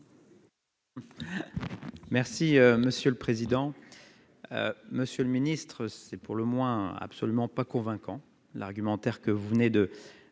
Merci monsieur le président, Monsieur le Ministre, c'est pour le moins absolument pas convaincant, l'argumentaire que vous venez de